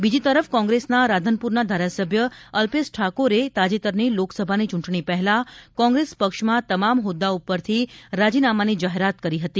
બીજી તરફ કોંગ્રેસના રાધનપુરના ધારાસભ્ય અલ્પેશ ઠાકોરે તાજેતરની લોકસભાની ચૂંટણી પહેલાં કોંગ્રેસ પક્ષમાં તમામ હોદ્દા ઉપરથી રાજીનામાની જાહેરાત કરી હતી